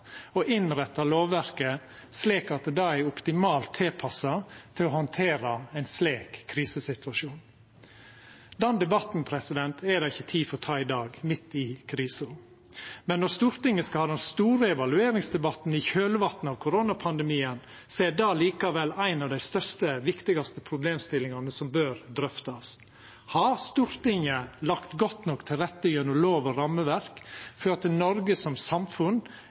å innretta lovverket slik at det er optimalt tilpassa for å handtera ein slik krisesituasjon. Den debatten er det ikkje tid for å ta i dag, midt i krisa. Men når Stortinget skal ha den store evalueringsdebatten i kjølvatnet av koronapandemien, er det likevel ei av dei største og viktigaste problemstillingane som bør drøftast: Har Stortinget lagt godt nok til rette gjennom lov- og rammeverk for at Noreg som samfunn